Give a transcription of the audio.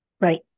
Right